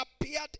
appeared